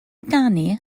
ganu